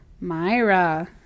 Myra